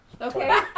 Okay